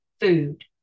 food